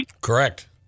Correct